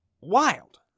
wild